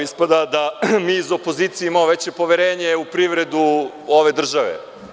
Ispada da mi iz opozicije imamo veće poverenje u privredu ove države.